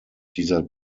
dieser